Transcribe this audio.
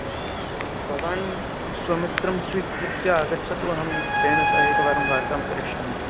भवान् स्वमित्रं स्वीकृत्य आगच्छतु अहं तेन सह एकवारं वार्तां करिष्यामि